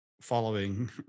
following